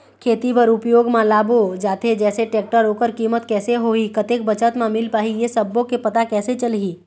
खेती बर उपयोग मा लाबो जाथे जैसे टेक्टर ओकर कीमत कैसे होही कतेक बचत मा मिल पाही ये सब्बो के पता कैसे चलही?